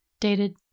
dated